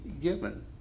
given